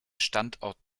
standort